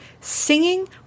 singing